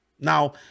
Now